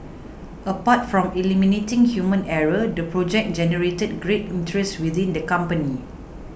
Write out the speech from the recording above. apart from eliminating human error the project generated great interest within the company